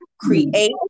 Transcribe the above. Create